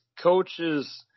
coaches